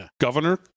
Governor